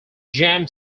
jam